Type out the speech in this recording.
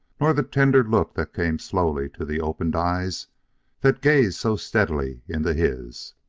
nor the tender look that came slowly to the opened eyes that gazed so steadily into his.